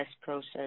process